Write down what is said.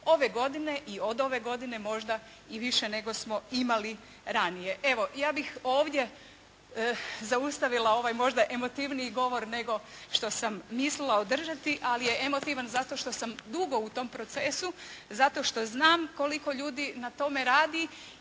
Ove godine i od ove godine možda i više nego smo imali ranije. Evo ja bih ovdje zaustavila ovaj možda emotivniji govor nego što sam mislila održati, ali je emotivan zato što sam dugo u tom procesu, zato što znam koliko ljudi na tome radi